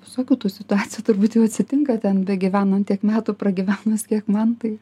visokių tų situacija turbūt jau atsitinka ten begyvenant tiek metų pragyvenus kiek man tai